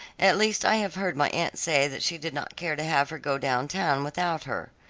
at least i have heard my aunt say that she did not care to have her go down town without her.